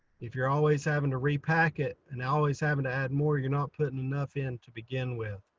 if you're always having to repack it and always having to add more you're not putting enough in to begin with.